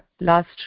last